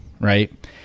Right